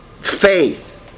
Faith